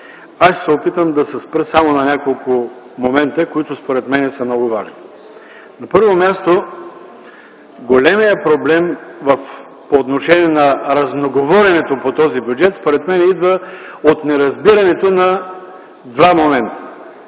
ще се опитам да се спра само на няколко момента, които според мен са много важни. На първо място, големият проблем по отношение на разноговоренето по този бюджет, според мен идва от неразбирането на два момента.